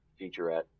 featurette